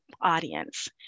audience